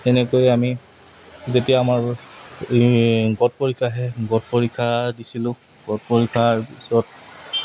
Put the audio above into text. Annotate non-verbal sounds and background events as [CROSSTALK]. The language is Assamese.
তেনেকৈ আমি যেতিয়া আমাৰ এই [UNINTELLIGIBLE] পৰীক্ষা আহে [UNINTELLIGIBLE] পৰীক্ষা দিছিলোঁ [UNINTELLIGIBLE] পৰীক্ষাৰ পিছত